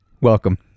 Welcome